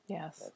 Yes